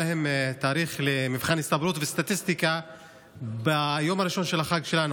להם תאריך למבחן הסתברות וסטטיסטיקה ביום הראשון של החג שלנו,